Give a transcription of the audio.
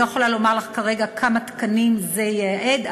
אני לא יכולה לומר לך כרגע כמה תקנים זה ייעד,